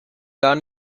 gar